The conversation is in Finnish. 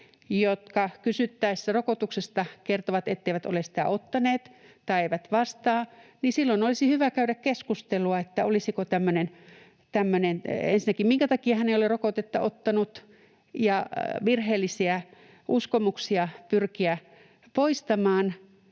jotka kysyttäessä rokotuksesta kertovat, etteivät ole sitä ottaneet, tai eivät vastaa, silloin olisi hyvä käydä keskustelua ensinnäkin, minkä takia hän ei ole rokotetta ottanut, ja virheellisiä uskomuksia pyrkiä poistamaan